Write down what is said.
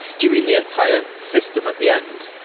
do you mean the entire system at the end?